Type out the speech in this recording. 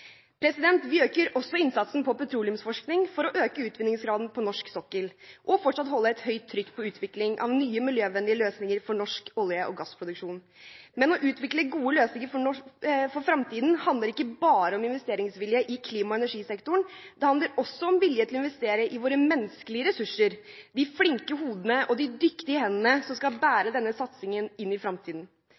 Vi øker også innsatsen på petroleumsforskning for å øke utvinningsgraden på norsk sokkel og fortsatt holde et høyt trykk på utvikling av nye miljøvennlige løsninger for norsk olje- og gassproduksjon. Men å utvikle gode løsninger for fremtiden handler ikke bare om investeringsvilje i klima- og energisektoren. Det handler også om vilje til å investere i våre menneskelige ressurser: de flinke hodene og de dyktige hendene som skal bære denne satsingen inn i